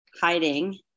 hiding